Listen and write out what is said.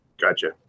Gotcha